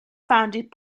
founded